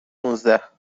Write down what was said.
نوزده